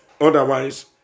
Otherwise